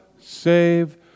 save